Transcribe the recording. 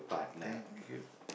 thank you